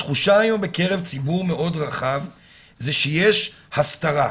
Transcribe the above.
התחושה היום בקרב ציבור מאוד רחב היא שיש הסתרה.